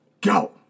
Go